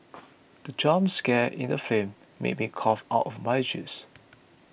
the jump scare in the film made me cough out my juice